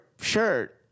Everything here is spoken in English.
shirt